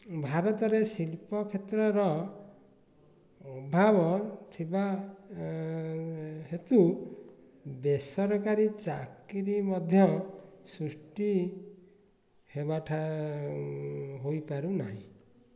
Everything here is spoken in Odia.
ଭାରତରେ ଶିଳ୍ପକ୍ଷେତ୍ରର ଅଭାବ ଥିବା ହେତୁ ବେସରକାରୀ ଚାକିରି ମଧ୍ୟ ସୃଷ୍ଟି ହେବାଥା ହୋଇପାରୁନାହିଁ